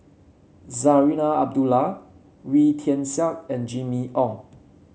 Zarinah Abdullah Wee Tian Siak and Jimmy Ong